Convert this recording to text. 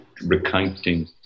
recounting